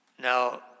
now